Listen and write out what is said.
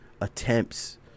attempts